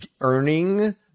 earning